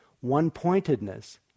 One-pointedness